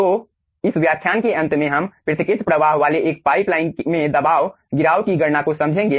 तो इस व्याख्यान के अंत में हम पृथक्कृत प्रवाह वाले एक पाइपलाइन में दबाव गिराव की गणना को समझेंगे